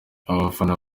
abafana